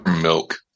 milk